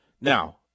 Now